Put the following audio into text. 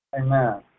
Amen